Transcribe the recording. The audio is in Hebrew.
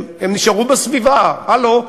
הם נשארו בסביבה: הלו,